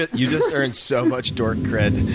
ah you just earned so much dork cred